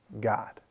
God